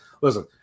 Listen